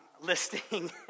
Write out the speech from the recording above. Listing